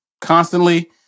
constantly